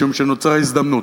משום שנוצרה הזדמנות,